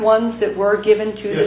ones that were given to